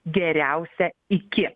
geriausia iki